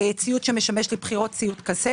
ציוד שמשמש לציוד קצה.